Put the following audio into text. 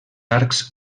arcs